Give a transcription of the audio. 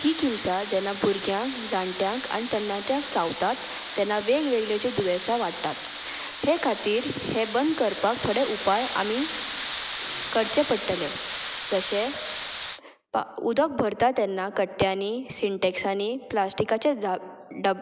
हीं किमसां जेन्ना भुरग्यांक जाणट्यांक आनी तरण्याट्यांक चावतात तेन्ना वेगवेगळ्यो दुयेंसां वाडटात हे खातीर हे बंद करपाक थोडे उपाय आमी करचे पडटले जशें उदक भरता तेन्ना कट्ट्यांनी सिंटेक्सांनी प्लास्टिकाचे डब